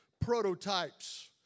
prototypes